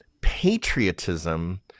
Patriotism